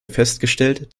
festgestellt